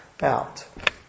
out